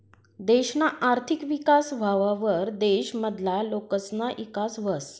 देशना आर्थिक विकास व्हवावर देश मधला लोकसना ईकास व्हस